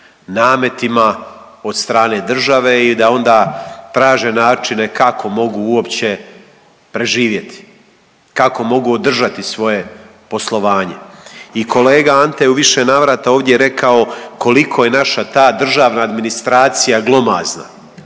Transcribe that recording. nametima od strane države i da onda traže načine kako mogu uopće preživjeti, kako mogu održati svoje poslovanje. I kolega Ante je u više navrata ovdje rekao koliko je naša ta državna administracija glomazna.